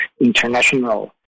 international